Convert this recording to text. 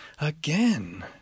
again